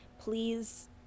please